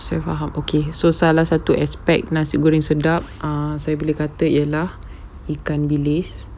saya faham okay so salah satu aspek nasi goreng sedap err saya boleh kata ialah ikan bilis